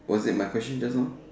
was it my question just now